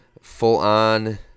full-on